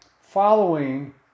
following